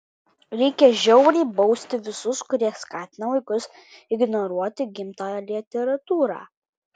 reikia žiauriai bausti visus kurie skatina vaikus ignoruoti gimtąją literatūrą